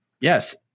Yes